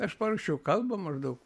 aš paruošiau kalbą maždaug